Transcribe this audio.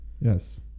Yes